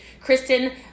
Kristen